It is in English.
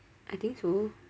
I think so